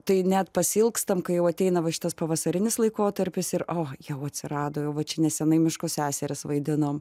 tai net pasiilgstam kai jau ateina va šitas pavasarinis laikotarpis ir o jau atsirado va čia nesenai miško seseris vaidinom